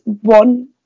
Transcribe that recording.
one